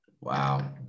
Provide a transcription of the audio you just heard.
wow